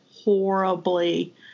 horribly